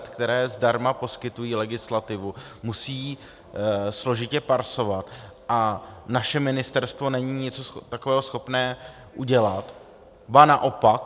, které zdarma poskytují legislativu, musí ji složitě parsovat a naše ministerstvo není něco takového schopno udělat, ba naopak.